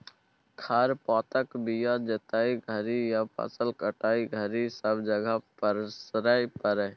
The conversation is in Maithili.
खर पातक बीया जोतय घरी या फसल काटय घरी सब जगह पसरै छी